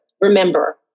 remember